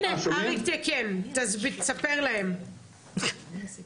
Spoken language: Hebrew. אריק, תספר להן מי אתה,